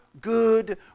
good